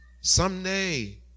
someday